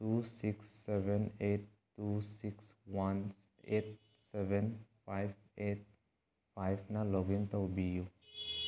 two six seven eight two six one eight seven five eight ꯐꯥꯏꯕꯅ ꯂꯣꯛꯏꯟ ꯇꯧꯕꯤꯌꯨ